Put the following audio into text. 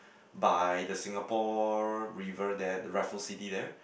by the Singapore River there the Raffles City there